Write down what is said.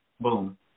boom